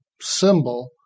symbol